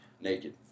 naked